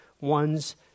one's